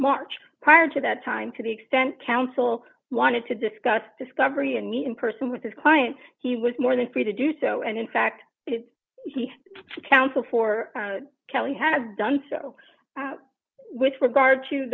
march prior to that time to the extent counsel wanted to discuss discovery and me in person with his client he was more than free to do so and in fact he counsel for kelly has done so out with regard to